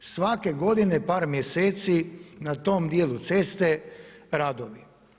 Svake godine na par mjeseci, na tom djelu ceste radovi.